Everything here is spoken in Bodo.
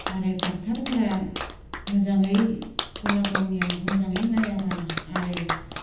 आरो दक्ट'रफोरा मोजाङै गलागावनिया मोजाङै नायाबा आरो